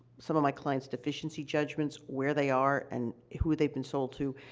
some of my clients' deficiency judgments where they are and who they've been sold to,